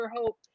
hope